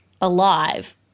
alive